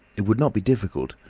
it would not be difficult.